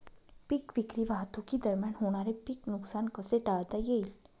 पीक विक्री वाहतुकीदरम्यान होणारे पीक नुकसान कसे टाळता येईल?